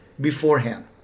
beforehand